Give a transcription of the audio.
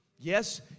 Yes